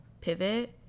pivot